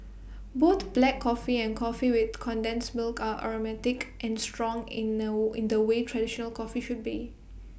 both black coffee and coffee with condensed milk are aromatic and strong in the in the way traditional coffee should be